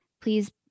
please